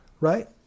Right